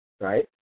right